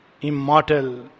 Immortal